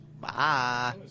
Bye